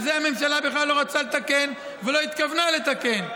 את זה הממשלה בכלל לא רצתה לתקן ולא התכוונה לתקן.